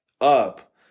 up